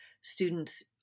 students